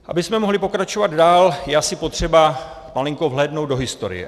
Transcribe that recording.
Abychom mohli pokračovat dál, je asi potřeba malinko vhlédnout do historie.